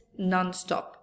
nonstop